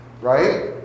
right